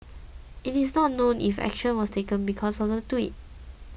it is not known if action was taken because of the tweet